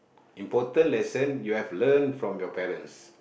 important lesson you have learnt from your parents